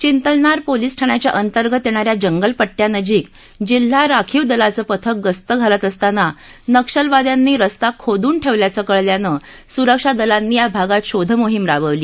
Yintalnar police ठाण्याच्या अंतर्गत येणा या जंगलपड्यानजीक जिल्हा राखीव दलाचं पथक गस्त घालत असताना नक्षलवाद्यांनी रस्ता खोदून ठेवल्याचं कळल्यानं सुरक्षा दलांनी या भागात शोध मोहीम राबवली